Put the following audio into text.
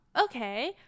okay